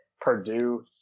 Purdue